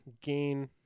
gain